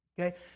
Okay